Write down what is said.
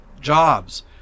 jobs